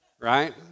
Right